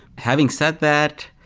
having said that,